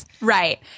Right